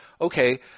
okay